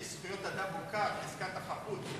כאיש זכויות אדם מוכר, חזקת החפות?